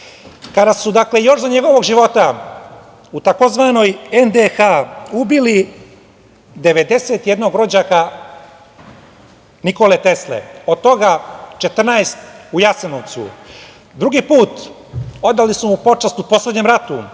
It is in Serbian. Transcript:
kada su još za njegova života u tzv. NDH ubili 91 rođaka Nikole Tesle, od toga 14 u Jasenovcu. Drugi put, odali su mu počast u poslednjem ratu,